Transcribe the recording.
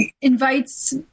invites